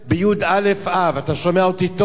בי"א אב, אתה שומע אותי טוב: